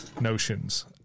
notions